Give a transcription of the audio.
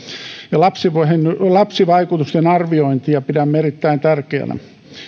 ja lapsivaikutusten arviointia pidämme erittäin tärkeänä